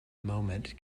moment